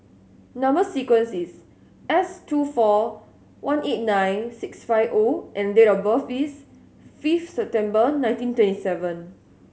number sequence is S two four one eight nine six five O and date of birth is five September nineteen twenty seven